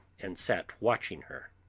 and sat watching her.